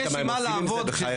ראית מה הם עושים עם זה?